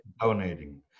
donating